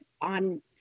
on